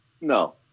No